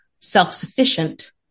self-sufficient